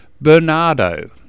Bernardo